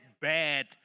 bad